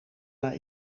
naar